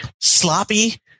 sloppy